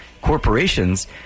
corporations